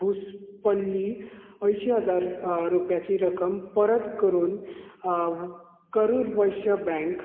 घुसपल्ली अंयशीं हजार रुपयांची रक्कम परत करुन वैश्य बँकत केन्ना मेळटली